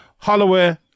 Holloway